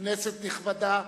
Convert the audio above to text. כנסת נכבדה,